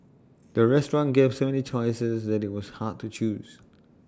the restaurant gave so many choices that IT was hard to choose